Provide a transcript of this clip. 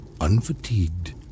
unfatigued